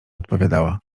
odpowiadała